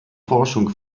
forschung